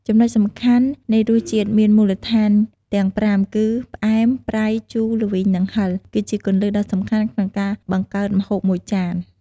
ចំណុចសំខាន់នៃរសជាតិមានមូលដ្ឋានទាំងប្រាំគឺ ផ្អែម ប្រៃ ជូរ ល្វីង និងហឹរ គឺជាគន្លឹះដ៏សំខាន់ក្នុងការបង្កើតម្ហូបមួយចាន។